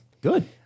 Good